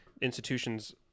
institutions